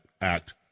Act